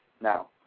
Now